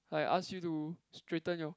like I ask you to straighten your